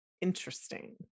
interesting